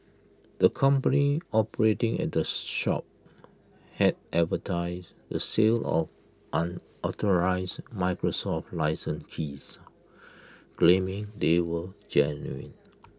the company operating at this shop had advertised the sale of unauthorised Microsoft licence keys claiming they were genuine